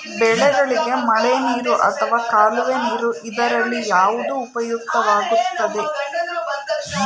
ಬೆಳೆಗಳಿಗೆ ಮಳೆನೀರು ಅಥವಾ ಕಾಲುವೆ ನೀರು ಇದರಲ್ಲಿ ಯಾವುದು ಉಪಯುಕ್ತವಾಗುತ್ತದೆ?